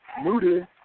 Moody